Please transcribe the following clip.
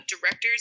directors